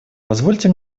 позвольте